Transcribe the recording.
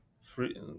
free